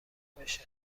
بشه